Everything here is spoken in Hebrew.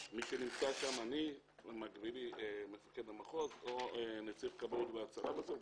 מי שנמצא שם: אני או מקבילי מפקד המחוז או נציב כבאות והצלה בסוף,